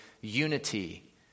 unity